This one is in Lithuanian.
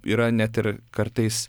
yra net ir kartais